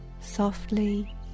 softly